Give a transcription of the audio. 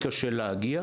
בגליל.